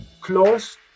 close